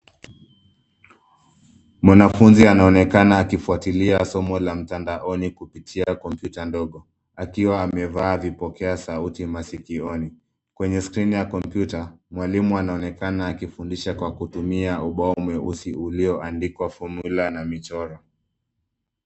Mwanafunzi anaonekana akifuatilia somo la mtandaoni kupitia kompyuta ndogo akiwa amevaa vipokea sauti masikioni. Kwenye skrini ya kompyuta, mwalimu anaonekana akifundisha kwa kutumia ubao mweusi ulioandikwa formula na michoro.